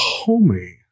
Homie